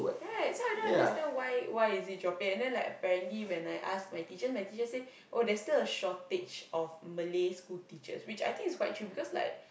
right so I don't understand why why is it dropping and then like apparently when I ask my teachers my teachers say oh there is still a shortage of Malay school teachers which I think it's quite true because like